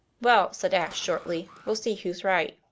well, said ashe shortly, we'll see who's right.